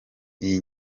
iyi